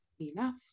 enough